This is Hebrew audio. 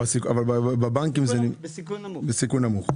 אבל בבנקים זה בסיכון נמוך.